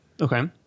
Okay